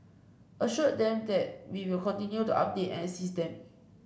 assured them that we will continue to update and assist them